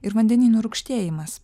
ir vandenynų rūgštėjimas